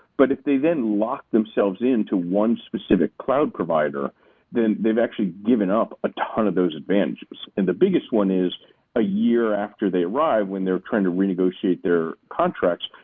but if they then lock themselves in to one specific cloud provider then they've actually given up a ton of those advantages. and the biggest one is a year after they arrive when they're trying to renegotiate their contracts,